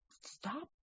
stop